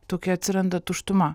tokia atsiranda tuštuma